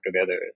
together